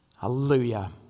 Hallelujah